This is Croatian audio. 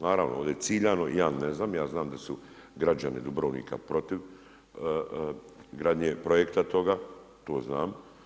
Naravno ovdje ciljano, ja ne znam, ja znam da su građani Dubrovnika protiv grudanje projekta toga, to znam.